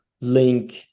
link